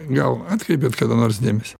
gal atkreipėt kada nors dėmesį